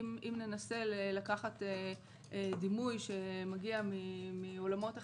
אם ננסה לקחת דימוי שמגיע מעולמות אחרים,